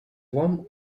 вам